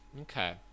Okay